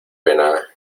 pena